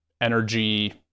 energy